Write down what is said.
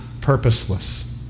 purposeless